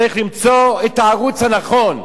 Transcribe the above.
צריך למצוא את הערוץ הנכון.